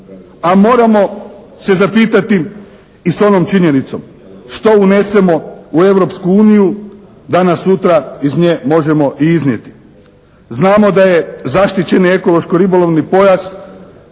a moramo se zapitati i s onom činjenicom, što unesemo u Europsku uniju, danas-sutra iz nje možemo i iznijeti. Znamo da je zaštićeni ekološko-ribolovni pojas